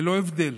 ללא הבדל